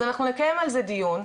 אז אנחנו נקיים על זה דיון,